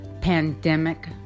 pandemic